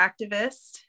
activist